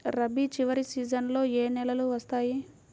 రబీ చివరి సీజన్లో ఏ నెలలు వస్తాయి?